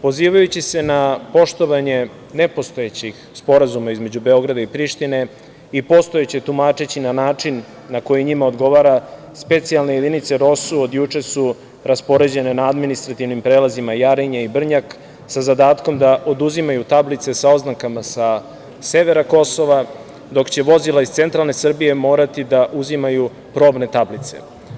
Pozivajući se na poštovanje nepostojećih sporazuma između Beograda i Prištine i postojeće tumačeći na način na koji njima odgovara, specijalne jedinice „Rosu“ od juče su raspoređen na administrativnim prelazima Jarinje i Brnjak, sa zadatkom da oduzimaju tablice sa oznakama sa severa Kosova, dok će vozila iz centralne Srbije morati da uzimaju probne tablice.